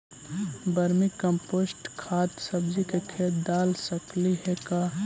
Vermi compost खाद सब्जी के खेत दाल सकली हे का?